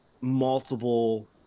multiple